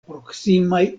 proksimaj